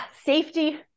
safety